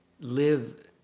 live